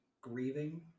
grieving